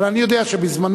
אבל אני יודע שבזמני,